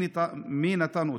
מי נתן אותן?